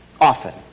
often